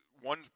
one